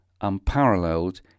unparalleled